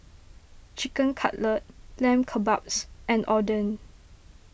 Chicken Cutlet Lamb Kebabs and Oden